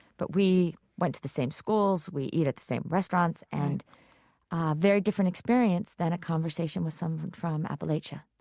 but we went to the same schools, we eat at the same restaurants and very different experience than a conversation with someone from appalachia